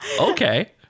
Okay